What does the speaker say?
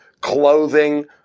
clothing